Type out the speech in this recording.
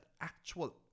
actual